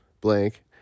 blank